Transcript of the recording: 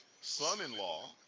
son-in-law